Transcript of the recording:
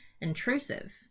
intrusive